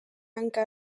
hanka